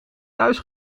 thuis